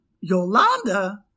Yolanda